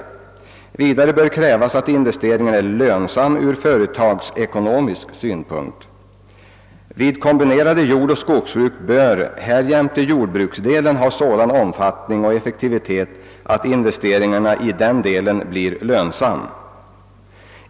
Vidare bör krävas att investeringen är lönsam ur företagsekonomisk synvinkel. Vid kombinerade jordoch skogsbruk bör ——— härjämte jordbruksdelen ha sådan omfattning och effektivitet att investeringarna i den delen blir lönsamma».